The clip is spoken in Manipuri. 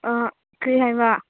ꯑꯥ ꯀꯔꯤ ꯍꯥꯏꯕ